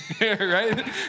right